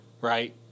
Right